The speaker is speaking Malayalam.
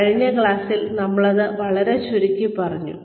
കഴിഞ്ഞ ക്ലാസ്സിൽ നമ്മളിത് വളരെ ചുരുക്കി പറഞ്ഞു